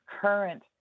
current